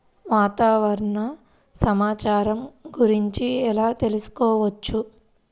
వాతావరణ సమాచారము గురించి ఎలా తెలుకుసుకోవచ్చు?